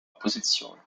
opposition